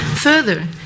Further